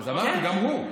אמרתי, גם הוא.